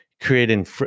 creating